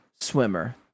swimmer